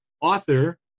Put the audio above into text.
author